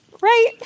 Right